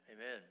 Amen